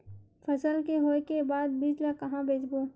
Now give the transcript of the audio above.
फसल के होय के बाद बीज ला कहां बेचबो?